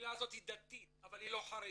הקהילה הזאת היא דתית אבל היא לא חרדית.